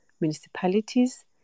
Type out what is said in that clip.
municipalities